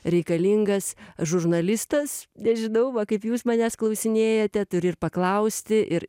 reikalingas žurnalistas nežinau va kaip jūs manęs klausinėjate turi ir paklausti ir